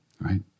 Right